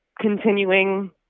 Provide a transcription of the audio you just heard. continuing